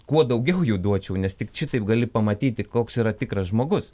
kuo daugiau jų duočiau nes tik šitaip gali pamatyti koks yra tikras žmogus